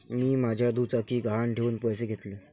मी माझी दुचाकी गहाण ठेवून पैसे घेतले